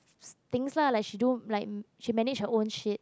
things lah like she don't like she manage her own shit